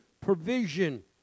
provision